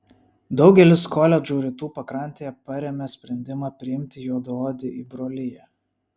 daugelis koledžų rytų pakrantėje parėmė sprendimą priimti juodaodį į broliją